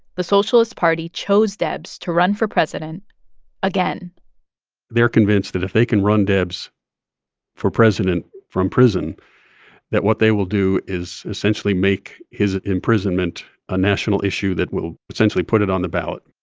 the socialist party chose debs to run for president again they are convinced that if they can run debs for president from prison that what they will do is essentially make his imprisonment a national issue that will potentially put it on the ballot.